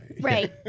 Right